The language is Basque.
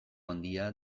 handia